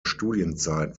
studienzeit